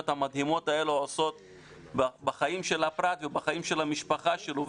המדהימות האלה עושות בחיים של הפרט ובחיים של המשפחה שלו,